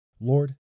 Lord